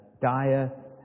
dire